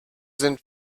sind